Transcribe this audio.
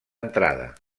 entrada